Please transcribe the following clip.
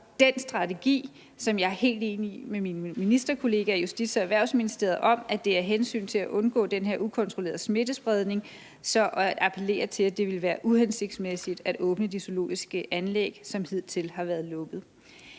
for mange. Og jeg er helt enig med mine ministerkollegaer i Justits- og Erhvervsministeriet om den strategi, altså at det af hensyn til at undgå den her ukontrollerede smittespredning appellerer til, at det vil være uhensigtsmæssigt at åbne de zoologiske anlæg, som hidtil har været lukket.